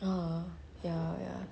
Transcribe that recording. oh ya ya